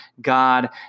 God